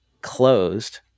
closed